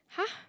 !huh!